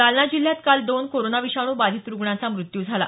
जालना जिल्ह्यात काल दोन कोरोना विषाणू बाधित रुग्णांचा मृत्यू झाला